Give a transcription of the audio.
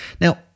Now